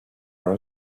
are